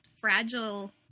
fragile